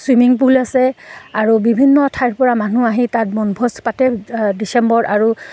swimming pool আছে আৰু বিভিন্ন ঠাইৰ পৰা মানুহ আহি তাত বনভোজ পাতে ডিচেম্বৰ আৰু